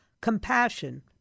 compassion